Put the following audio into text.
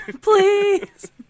please